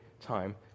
time